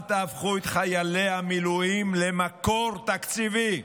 אל תהפכו את חיילי המילואים למקור תקציבי.